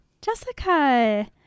Jessica